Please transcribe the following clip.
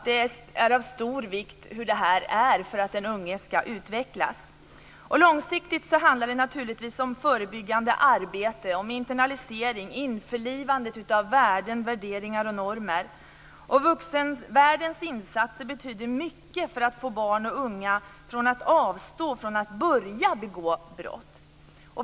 Det är av stor vikt för hur den unge ska utvecklas. Långsiktigt handlar det naturligtvis om förebyggande arbete och internalisering, dvs. införlivande, av värden, värderingar och normer. Vuxenvärldens insatser betyder mycket för att få barn och unga att avstå från att begå brott.